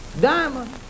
Diamond